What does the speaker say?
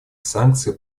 санкции